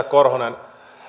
korhonen